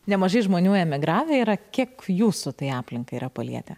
nemažai žmonių emigravę yra kiek jūsų tai aplinką yra palietę